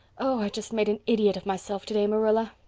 oh, i just made an idiot of myself today, marilla.